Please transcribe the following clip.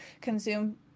consume